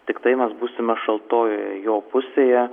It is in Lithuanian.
tiktai mes būsime šaltojoje jo pusėje